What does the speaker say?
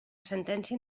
sentència